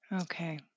Okay